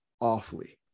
awfully